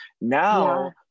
Now